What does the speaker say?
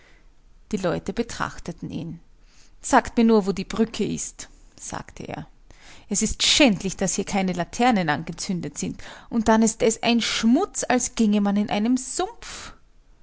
die leute betrachteten ihn sagt mir nur wo die brücke ist sagte er es ist schändlich daß hier keine laternen angezündet sind und dann ist es ein schmutz als ginge man in einem sumpf